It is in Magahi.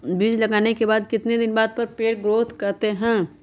बीज लगाने के बाद कितने दिन बाद पर पेड़ ग्रोथ करते हैं?